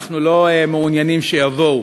אנחנו לא מעוניינים שיבואו.